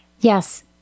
Yes